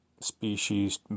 species